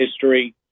history